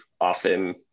often